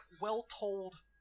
well-told